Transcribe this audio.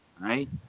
Right